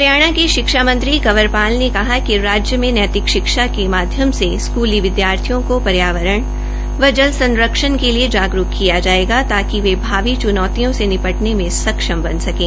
हरियाणा के शिक्षा मंत्री कंवर पाल ने कहा कि राज्य में नैतिक शिक्षा के माध्यम से स्कली विदयार्थियों को पर्यावरण व जल संरक्षण के लिए जागरूक किया जायेगा ताकि वे भावी चुनौतियों से निपटने में सक्षम बन सकें